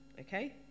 okay